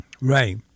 Right